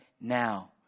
now